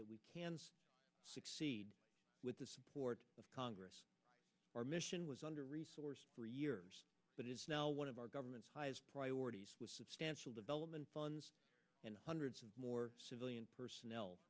that we can succeed with the support of congress our mission was under resourced for years but is now one of our government's highest priorities substantial development funds and hundreds more civilian personnel